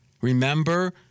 Remember